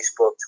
Facebook